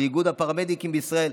לאיגוד הפרמדיקים בישראל,